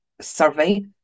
survey